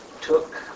took